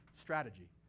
strategy